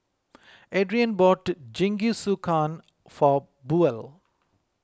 Adrien bought Jingisukan for Buel